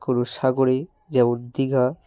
কোনো সাগরে যেমন দীঘা